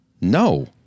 No